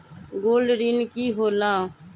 Gold ऋण की होला?